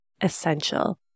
essential